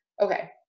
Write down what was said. Okay